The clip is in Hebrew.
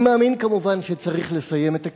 אני מאמין כמובן שצריך לסיים את הכיבוש,